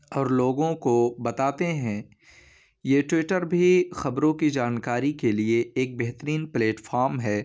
اور لوگوں کو بتاتے ہیں یہ ٹیوٹر بھی خبروں کی جانکاری کے لیے ایک بہترین پلیٹفارم ہے